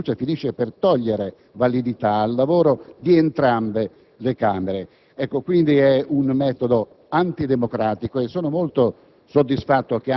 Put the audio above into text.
del voto di fiducia finisce per togliere validità al lavoro di entrambe le Camere. Si tratta, quindi, di un metodo antidemocratico. Sono molto